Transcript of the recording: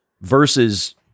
versus